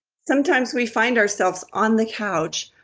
sometimes we find ourselves on the couch,